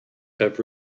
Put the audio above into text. have